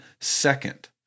second